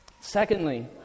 Secondly